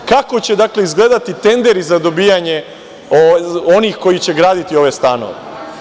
Dakle, kako će izgledati tenderi za dobijanje onih koji će graditi ove stanove?